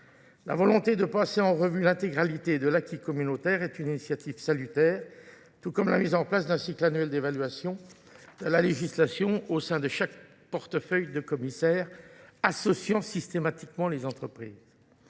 la volonté de passer en revue l'intégralité de l'acquis communautaire est une initiative salutaire, tout comme la mise en place d'un cycle annuel d'évaluation de la législation au sein de chaque portefeuille de commissaire, associant systématiquement les entreprises.